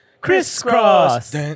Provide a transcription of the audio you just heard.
Crisscross